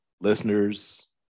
listeners